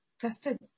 tested